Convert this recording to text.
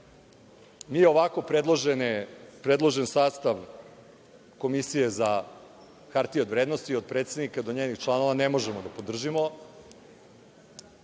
Mi ovako predložen sastav Komisije za hartije od vrednosti, od predsednika do njenih članova, ne možemo da podržimo